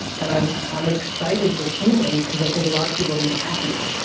and i'm um excited for humans, because i think a lot of people are gonna be happier.